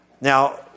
Now